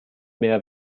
mehr